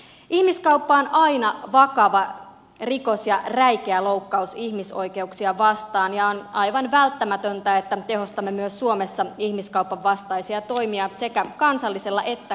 ihmiskauppa on aina vakava rikos ja räikeä loukkaus ihmisoikeuksia vastaan on aivan välttämätöntä että tehostamme myös suomessa ihmiskaupan vastaisia toimia sekä kansallisella että kansainvälisellä tasolla